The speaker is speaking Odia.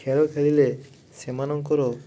ଖେଳ ଖେଳିଲେ ସେମାନଙ୍କର